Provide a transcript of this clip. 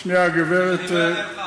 אז אני לא אענה לך על זה.